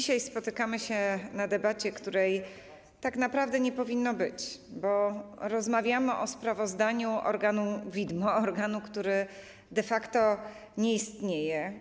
Spotykamy się dzisiaj na debacie, której tak naprawdę nie powinno być, bo rozmawiamy o sprawozdaniu organu widmo, organu, który de facto nie istnieje.